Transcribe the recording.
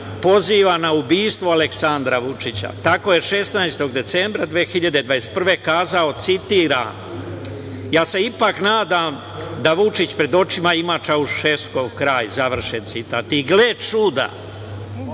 poziva na ubistvo Aleksandra Vučića, tako je 16. decembra 2021.godine kazao, citiram: „Ja se ipak nadam da Vučić pred očima ima Čauševskov kraj“, završen citat. I gle čuda,